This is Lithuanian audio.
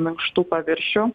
minkštų paviršių